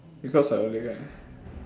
because of your leg right